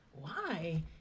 Why